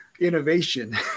innovation